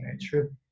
True